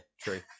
true